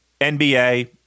NBA